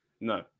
No